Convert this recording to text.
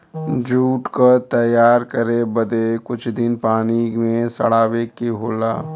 jute क तैयार करे बदे कुछ दिन पानी में सड़ावे के होला